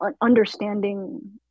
understanding